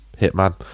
Hitman